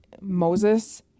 Moses